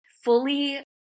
fully